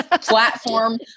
platform